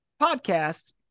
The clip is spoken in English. podcast